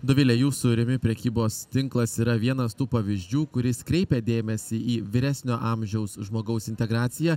dovile jūsų rimi prekybos tinklas yra vienas tų pavyzdžių kuris kreipia dėmesį į vyresnio amžiaus žmogaus integraciją